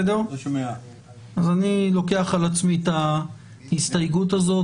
אני לוקח על עצמי את ההסתייגות הזאת.